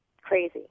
crazy